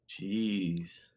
jeez